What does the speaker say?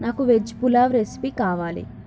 నాకు veg pulao recipe కావాలి